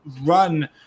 run